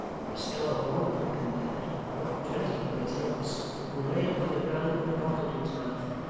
on the skull of one drunken lad not twenty, by his looks who lay upon the ground with a bottle to his mouth,